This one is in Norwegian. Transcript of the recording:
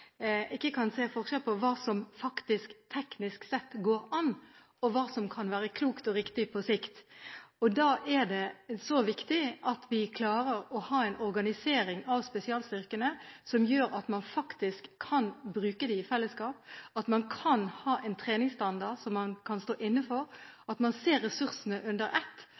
Jeg blir faktisk litt overrasket når lederen av komiteen – som er så godt kjent med Forsvaret som hun faktisk er, og gjør en kjempejobb når det gjelder både å reise rundt og å besøke Forsvaret – ikke kan se forskjell på hva som faktisk teknisk sett går an, og hva som kan være klokt og riktig på sikt. Da er det viktig at vi klarer å ha en organisering av spesialstyrkene som gjør at man